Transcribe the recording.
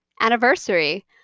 anniversary